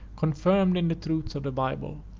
confirmed in the truths of the bible,